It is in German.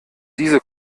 diese